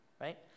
right